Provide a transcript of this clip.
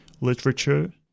literature